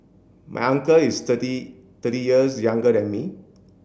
my uncle is thirty thirty years younger than me